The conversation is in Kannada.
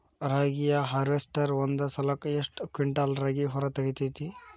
ರಾಗಿಯ ಹಾರ್ವೇಸ್ಟರ್ ಒಂದ್ ಸಲಕ್ಕ ಎಷ್ಟ್ ಕ್ವಿಂಟಾಲ್ ರಾಗಿ ಹೊರ ತೆಗಿತೈತಿ?